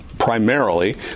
Primarily